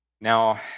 Now